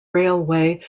railway